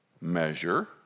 measure